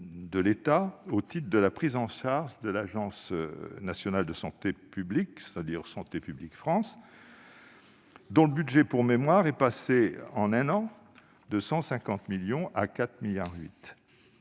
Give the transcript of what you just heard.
de l'État au titre de la prise en charge de l'Agence nationale de santé publique (ANSP), dite Santé publique France, dont le budget est passé en un an de 150 millions d'euros à 4,8 milliards